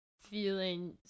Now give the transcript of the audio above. feeling